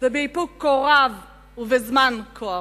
ואיפוק כה רבים זמן כה ארוך.